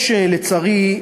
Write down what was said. לצערי,